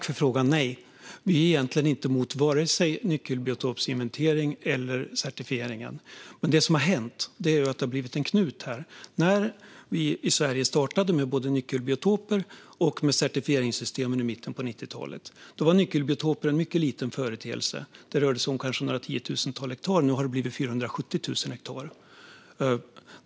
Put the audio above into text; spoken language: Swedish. Fru talman! Nej, vi är inte emot vare sig nyckelbiotopsinventering eller certifiering. Men det som har hänt är att det har blivit en knut här. När vi i Sverige startade detta med mikrobiotoper och certifieringssystem i mitten av 90-talet var nyckelbiotoper en mycket liten företeelse. Det rörde sig kanske om några tiotusental hektar. Nu har det blivit 470 000 hektar.